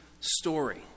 story